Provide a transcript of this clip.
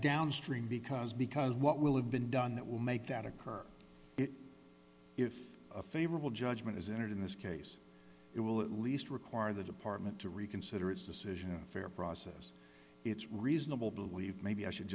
downstream because because what will have been done that will make that occur if a favorable judgment is entered in this case it will at least require the department to reconsider its decision in a fair process it's reasonable believe maybe i should